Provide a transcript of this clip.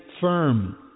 firm